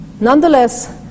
Nonetheless